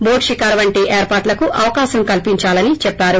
boat షికారు వంటి ఏర్పాట్లకు అవకాశం కల్సించాలని చెప్పారు